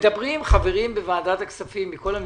מדברים חברים בוועדת הכספים מכל המפלגות.